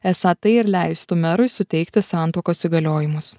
esą tai ir leistų merui suteikti santuokos įgaliojimus